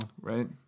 right